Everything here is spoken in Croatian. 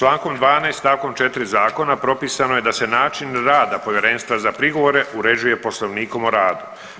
Člankom 12. stavkom 4. zakona propisano je da se način rada povjerenstva za prigovore uređuje poslovnikom o radu.